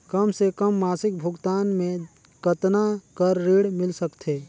कम से कम मासिक भुगतान मे कतना कर ऋण मिल सकथे?